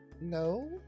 no